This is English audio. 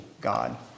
God